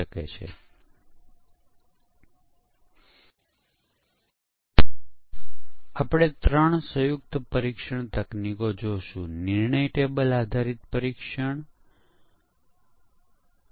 ચાલો આપણે ધારીએ કે આપણે કોઈપણ ભૂલ શોધવાની તકનીક શરૂ કરતા પહેલા 1000 ભૂલો હાજર છે